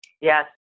Yes